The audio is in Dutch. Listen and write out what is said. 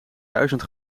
duizend